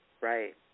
Right